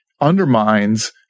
undermines